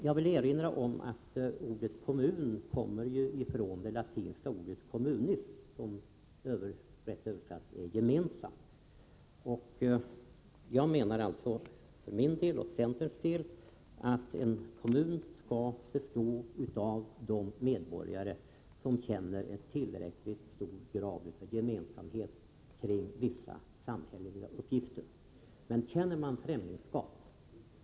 Jag vill erinra om att ordet kommun kommer av det latinska ordet communis, som rätt översatt betyder gemensam. Jag och centern anser att en kommun skall bestå av de medborgare, som känner tillräckligt stor gemensamhet kring vissa samhälleliga uppgifter.